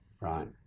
Right